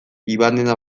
ivanena